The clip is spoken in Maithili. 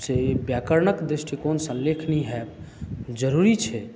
व्याकरणके दृष्टिकोणसँ लेखनी होयब जरुरी छै